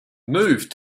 moved